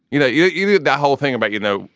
you know, you you did that whole thing about, you know,